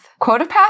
Quotapath